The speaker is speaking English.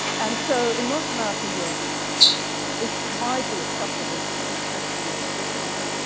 and so in north america, europe it's widely acceptable to teach histories of victimhood,